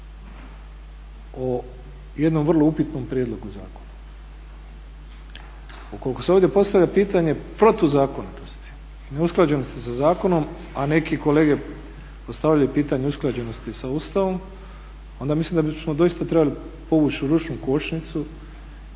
o jednom vrlo upitnom prijedlogu zakona. ukoliko se ovdje postavlja pitanje protuzakonitosti i neusklađenosti sa zakonom, a neki kolege postavljaju pitanje usklađenosti sa Ustavom onda mislim da bismo doista trebali povući ručnu kočnicu